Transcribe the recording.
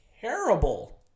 terrible